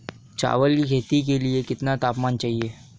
चावल की खेती के लिए कितना तापमान चाहिए?